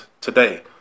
today